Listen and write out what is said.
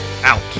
Out